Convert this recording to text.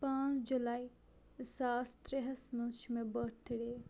پانٛژھ جُلاے زٕ ساس ترٛےٚ ہَس مَنٛز چھِ مےٚ برتھ ڈے